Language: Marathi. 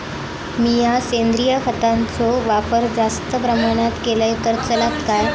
मीया सेंद्रिय खताचो वापर जास्त प्रमाणात केलय तर चलात काय?